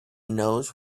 knows